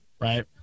right